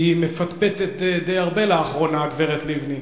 שהיא מפטפטת די הרבה לאחרונה, הגברת לבני.